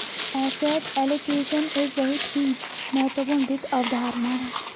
asset allocation एक बहुत ही महत्वपूर्ण वित्त अवधारणा है